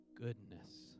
goodness